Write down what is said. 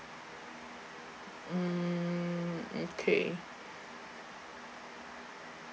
um okay